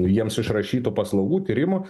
jiems išrašytų paslaugų tyrimų